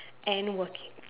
and working